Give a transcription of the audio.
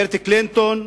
הגברת קלינטון,